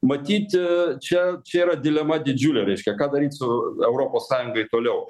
matyti čia čia yra dilema didžiulė reiškia ką daryt su europos sąjungai toliau